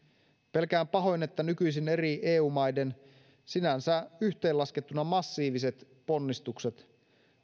pelkään pahoin että nykyisin eri eu maiden sinänsä yhteenlaskettuna massiiviset ponnistukset